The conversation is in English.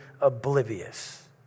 oblivious